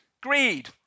greed